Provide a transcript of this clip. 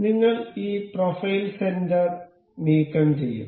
നിങ്ങൾ ഈ profile centre നീക്കംചെയ്യും